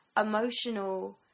emotional